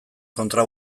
kontra